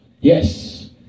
yes